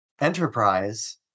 enterprise